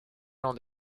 l’an